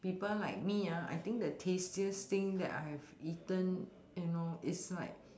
people like me uh I think the tastiest thing that I've eaten you know is like